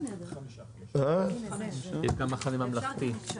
יש גם מחנה ממלכתי.